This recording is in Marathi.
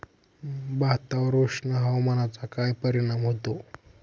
भातावर उष्ण हवामानाचा काय परिणाम होतो?